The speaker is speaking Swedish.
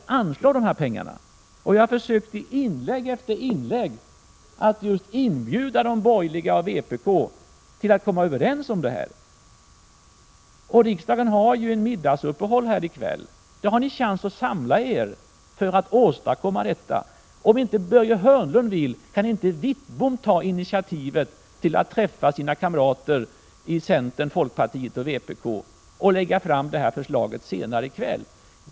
Jag har försökt i inlägg efter inlägg att inbjuda de borgerliga och vpk till att komma överens om att anslå de pengar regeringen har föreslagit. Kammaren gör ju ett middagsuppehåll i kväll, och då har ni chans att samla er för att åstadkomma detta. Om inte Börje Hörnlund vill, kan inte då Bengt Wittbom ta initiativet till att träffa sina kamrater i centern, folkpartiet och vpk så att ni kan lägga fram förslaget senare i kväll?